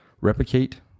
replicate